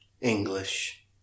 English